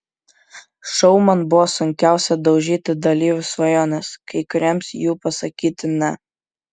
šou man buvo sunkiausia daužyti dalyvių svajones kai kuriems jų pasakyti ne